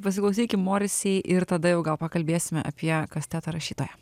pasiklausykim morisei ir tada jau gal pakalbėsime apie kastetą rašytoją